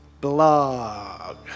blog